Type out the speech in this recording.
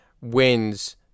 wins